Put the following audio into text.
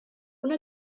una